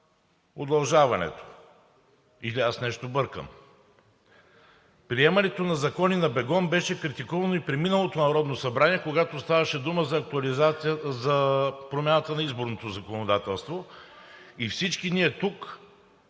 удължаването, или аз нещо бъркам?! Приемането на закони на бегом беше критикувано и при миналото Народно събрание, когато ставаше дума за промяната на изборното законодателство, и всички ние